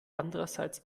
andererseits